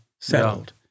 settled